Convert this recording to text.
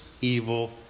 evil